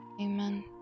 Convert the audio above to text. amen